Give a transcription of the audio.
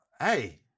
Hey